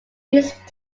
east